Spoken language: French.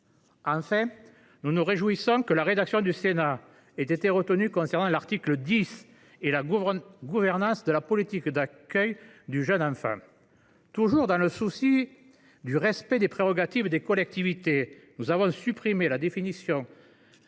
Enfin, nous nous réjouissons que la rédaction du Sénat ait été retenue à l’article 10, qui concerne la gouvernance de la politique d’accueil du jeune enfant. Toujours dans le souci du respect des prérogatives des collectivités, nous avons supprimé la définition